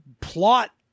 plot